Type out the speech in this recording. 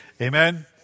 amen